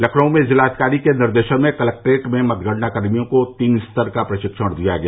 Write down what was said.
लखनऊ में जिलाधिकारी के निर्देशन में कलेक्ट्रेट में मतगणना कर्मियों को तीन स्तर का प्रशिक्षण दिया गया